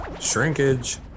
Shrinkage